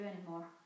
anymore